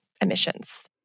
emissions